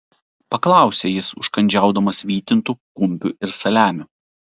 paklausė jis užkandžiaudamas vytintu kumpiu ir saliamiu